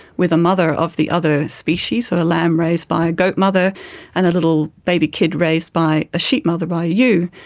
with a mother of the other species, so a a lamb raised by a goat mother and a little baby kid raised by a sheep mother, by a ewe,